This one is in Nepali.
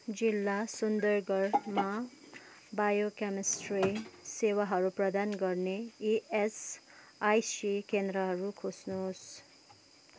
जिल्ला सुन्दरगढमा बायोकेमिस्ट्री सेवाहरू प्रदान गर्ने इएसआइसी केन्द्रहरू खोज्नुहोस्